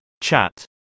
chat